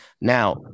Now